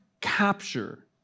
capture